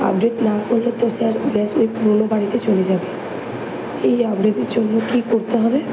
update না করলে তো স্যার গ্যাস ওই পুরোনো বাড়িতে চলে যাবে এই আপডেটের জন্য কী করতে হবে